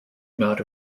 amount